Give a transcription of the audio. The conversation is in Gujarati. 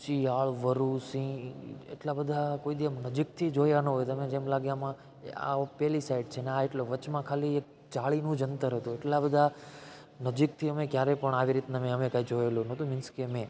શિયાળ વરુ સિંહ એટલા બધા કોઈ દીવસ આમ નજીકથી જોયા ન હોય તમે જેમ લાગે આમાં આ પેલી સાઇડ છે અને આ એટલો વચમાં ખાલી એક જાળીનું જ અંતર હતું એટલા બધા નજીકથી અમે ક્યારે પણ આવી રીતના અમે કઈ જોયેલું ન હોતું મિન્સ કે મેં